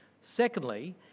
Secondly